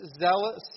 zealous